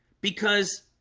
because